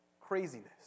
craziness